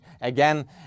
again